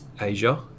Asia